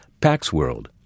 PaxWorld